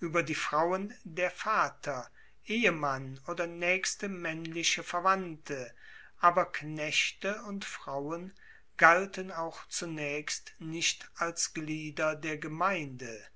ueber die frauen der vater ehemann oder naechste maennliche verwandte aber knechte und frauen galten auch zunaechst nicht als glieder der gemeinde